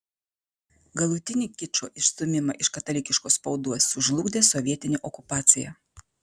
galutinį kičo išstūmimą iš katalikiškos spaudos sužlugdė sovietinė okupacija